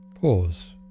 Pause